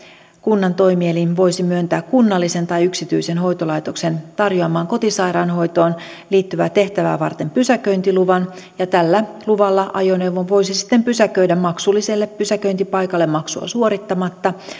kunnan toimielin voisi myöntää kunnallisen tai yksityisen hoitolaitoksen tarjoamaan kotisairaanhoitoon liittyvää tehtävää varten pysäköintiluvan tällä luvalla ajoneuvon voisi sitten pysäköidä maksulliselle pysäköintipaikalle maksua suorittamatta